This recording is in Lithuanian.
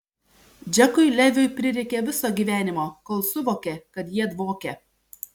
džekui leviui prireikė viso gyvenimo kol suvokė kad jie dvokia